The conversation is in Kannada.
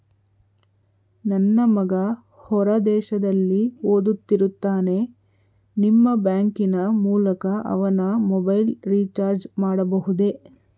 ನನ್ನ ಮಗ ಹೊರ ದೇಶದಲ್ಲಿ ಓದುತ್ತಿರುತ್ತಾನೆ ನಿಮ್ಮ ಬ್ಯಾಂಕಿನ ಮೂಲಕ ಅವನ ಮೊಬೈಲ್ ರಿಚಾರ್ಜ್ ಮಾಡಬಹುದೇ?